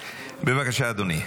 בבקשה, אדוני.